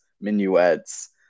minuets